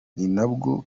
ninabwo